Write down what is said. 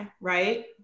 right